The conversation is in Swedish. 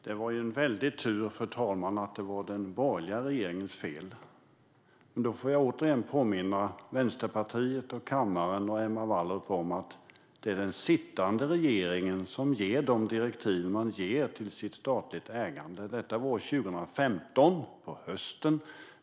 Fru talman! Det var ju en väldig tur att det var den borgerliga regeringens fel. Men då får jag återigen påminna Vänsterpartiet, kammaren och Emma Wallrup om att det är den sittande regeringen som ger de direktiv den ger till de statligt ägda bolagen. Detta var på hösten 2015.